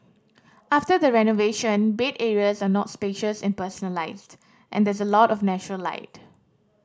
after the renovation bed areas are not spacious and personalised and there is a lot of natural light